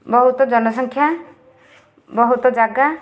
ବହୁତ ଜନସଂଖ୍ୟା ବହୁତ ଜାଗା